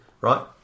right